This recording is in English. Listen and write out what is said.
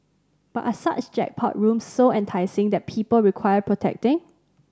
but are such jackpot rooms so enticing that people require protecting